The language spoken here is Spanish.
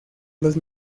los